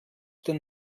den